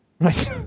Right